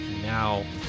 Now